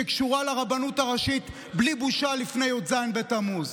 שקשורה לרבנות הראשית, בלי בושה, לפני י"ז בתמוז.